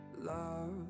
Love